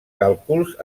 càlculs